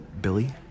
Billy